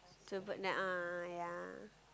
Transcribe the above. so but uh yea